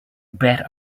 bet